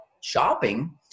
shopping